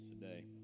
today